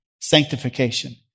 Sanctification